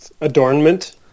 Adornment